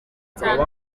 cya